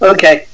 Okay